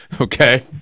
Okay